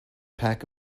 pack